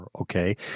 okay